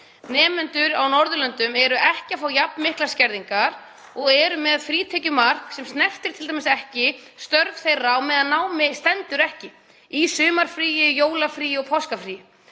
staðar á Norðurlöndum eru ekki að fá jafn miklar skerðingar og eru með frítekjumark sem snertir t.d. ekki störf þeirra í námsfríum, í sumarfríi, jólafríi og páskafríi.